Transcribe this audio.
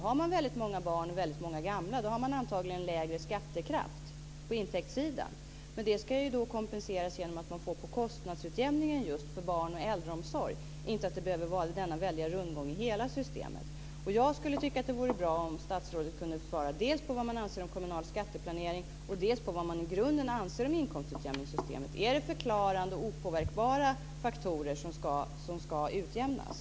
Har man många barn och många gamla så har man antagligen lägre skattekraft på intäktssidan. Men det ska ju kompenseras genom att man får kostnadsutjämning för barnoch äldreomsorg. Det ska inte behöva vara denna väldiga rundgång i hela systemet. Jag tycker att det skulle vara bra om statsrådet kunde svara dels på vad han anser om kommunal skatteplanering, dels på vad han i grunden anser om inkomstutjämningssystemet. Är det förklarande opåverkbara faktorer som ska utjämnas?